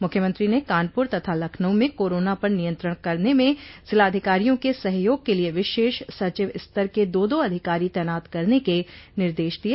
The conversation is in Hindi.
मुख्यमंत्री ने कानपूर तथा लखनऊ में कोरोना पर नियंत्रण करने में जिलाधिकारियों के सहयोग के लिये विशेष सचिव स्तर के दो दो अधिकारी तैनात करने के निर्देश दिये